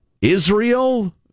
Israel